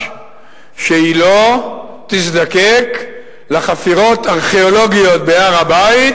שהיא לא תזדקק לחפירות הארכיאולוגיות בהר-הבית,